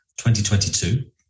2022